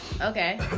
Okay